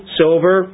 silver